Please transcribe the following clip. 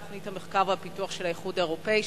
תוכנית המחקר והפיתוח של האיחוד האירופי,